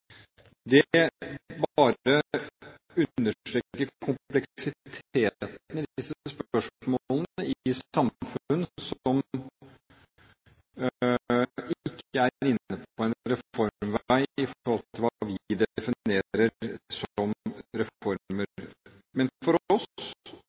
bare understreker kompleksiteten i disse spørsmålene i samfunn som ikke er inne på en reformvei i forhold til hva vi definerer som reformer.